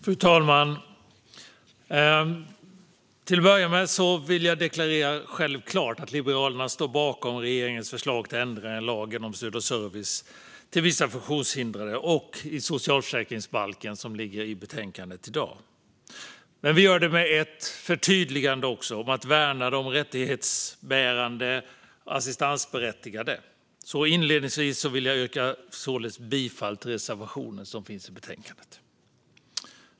Fru talman! Till att börja med vill jag deklarera att Liberalerna självklart står bakom det förslag till ändringar i lagen om stöd och service till vissa funktionshindrade och i socialförsäkringsbalken som regeringen lägger fram i dagens betänkande. Men vi gör det med ett förtydligande om att värna de rättighetsbärande assistansberättigade, så inledningsvis yrkar jag bifall till reservationen i betänkandet.